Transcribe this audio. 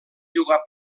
jugar